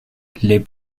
les